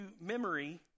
memory